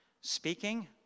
speaking